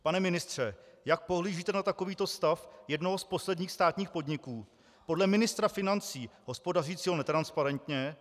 Pane ministře, jak pohlížíte na takovýto stav jednoho z posledních státních podniků, podle ministra financí hospodařícího netransparentně?